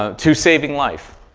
ah to saving life.